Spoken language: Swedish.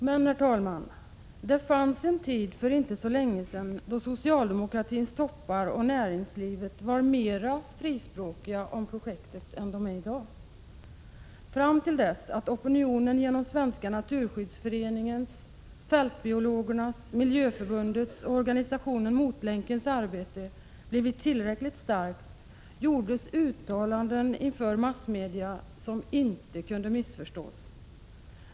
Men, herr talman, det fanns en tid för inte så länge sedan då socialdemokratins toppar och näringslivet var mera frispråkiga om projektet än i dag. Fram till dess att opinionen genom Svenska naturskyddsföreningens, Fältbiologernas, Miljöförbundets och organisationen Motlänkens arbete blivit tillräckligt stark gjordes inför massmedia uttalanden som inte kunde missförstås.